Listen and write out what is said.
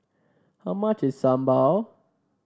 how much is sambal